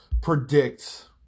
predict